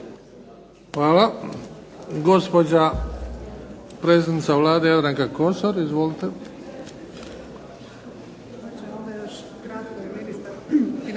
Hvala. Gospođa predsjednica Vlade Jadranka Kosor. Izvolite.